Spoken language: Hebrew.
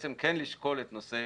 בעצם כן לשקול את נושא